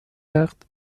وقت